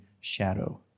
shadow